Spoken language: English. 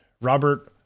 Robert